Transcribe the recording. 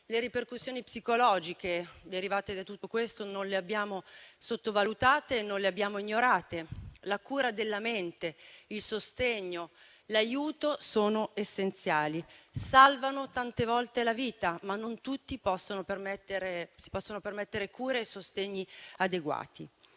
Le ripercussioni psicologiche derivate da tutto questo non le abbiamo sottovalutate e non le abbiamo ignorate. La cura della mente, il sostegno, l'aiuto sono essenziali e salvano tante volte la vita; ma non tutti si possono permettere cure e sostegni adeguati.